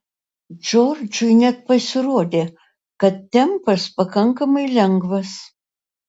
džordžui net pasirodė kad tempas pakankamai lengvas